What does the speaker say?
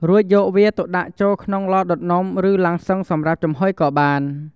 រួចយកវាទៅដាក់ចូលក្នុង ឡដុតនំ ឬ ឡាំងស៊ឹងសម្រាប់ចំហុយ ក៏បាន។